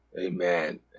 Amen